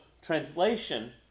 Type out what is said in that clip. translation